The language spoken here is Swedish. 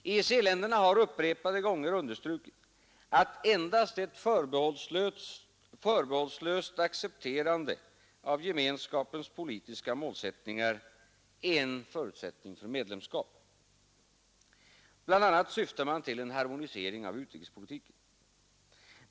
EEC-länderna har upprepade gånger understrukit att endast ett förbehållslöst accepterande av gemenskapens politiska målsättningar är en förutsättning för medlemskap. BIL. a. syftar man till en harmonisering av utrikespolitiken.